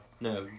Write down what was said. No